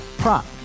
prop